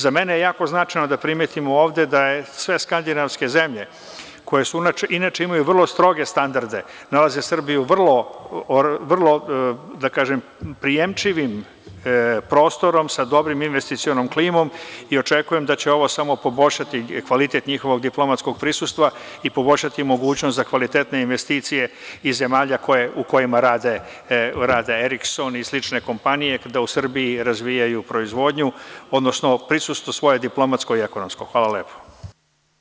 Za mene je jako značajno da primetimo da sve skandinavske zemlje, koje inače imaju vrlo stroge standarde, nalaze Srbiju vrlo prijemčivo prostorom sa dobrom investicionom klimom i očekujem da će ovo poboljšati kvalitet njihovog diplomatskog prisustva i poboljšati mogućnost za kvalitetne investicije u zemljama, gde rade „Erikson“ i slične kompanije, da u Srbiji razvijaju proizvodnju, odnosno svoje diplomatsko i ekonomsko prisustvo.